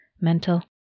Mental